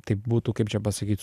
taip būtų kaip čia pasakyt